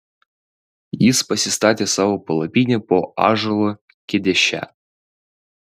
jis pasistatė savo palapinę po ąžuolu kedeše